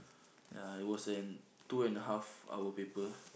ya it was an two and a half hour paper